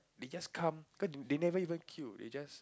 they just come cause they never even queue they just